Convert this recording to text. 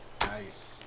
Nice